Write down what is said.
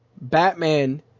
Batman